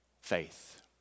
faith